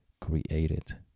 created